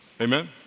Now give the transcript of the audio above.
Amen